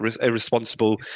irresponsible